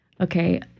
Okay